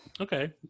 okay